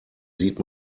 sieht